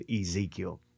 Ezekiel